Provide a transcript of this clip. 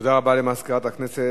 תודה רבה למזכירת הכנסת.